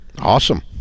Awesome